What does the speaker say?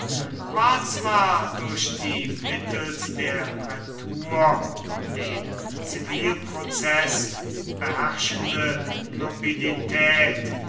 war zwar durch die mittels der prätur den zivilprozeß beherrschende nobilität